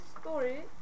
story